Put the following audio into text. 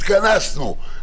התכנסנו,